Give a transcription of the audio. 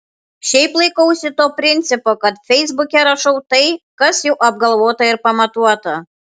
šiaip laikausi to principo kad feisbuke rašau tai kas jau apgalvota ir pamatuota